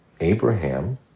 Abraham